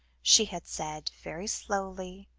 she had said, very slowly,